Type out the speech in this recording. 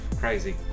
crazy